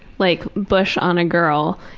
like bush on a girl,